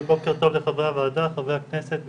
בוקר טוב לחברי הוועדה, חברי הכנסת וגבירתי.